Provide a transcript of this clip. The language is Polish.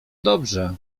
dobrze